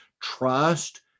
Trust